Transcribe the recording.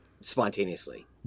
spontaneously